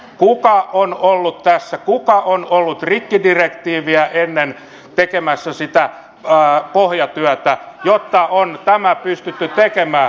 kuka on ollut ennen rikkidirektiiviä tekemässä sitä pohjatyötä jotta on tämä pystytty tekemään